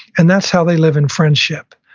and that's how they live in friendship.